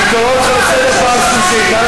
אני קורא אותך לסדר פעם שלישית.